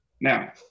Now